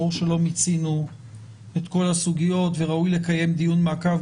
ברור שלא מיצינו את כל הסוגיות וראוי לקיים דיון מעקב,